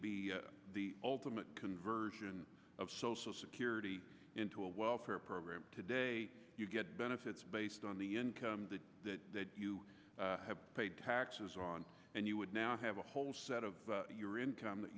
be the ultimate conversion of social security into a welfare program today you get benefits based on the income that you have paid taxes on and you would now have a whole set of your income that